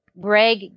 Greg